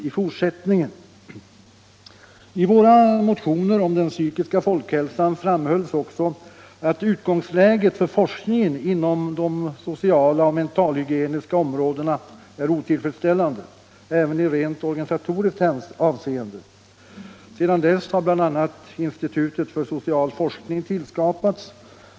= antaletpersondata I våra motioner om den psykiska folkhälsan framhölls också att ut = register av gångsläget för forskningen inom de socialoch mentalhygieniska om = totalkaraktär rådena är otillfredsställande även i rent organisatoriskt avseende. Sedan dess har bl.a. institutet för social forskning tillskapats.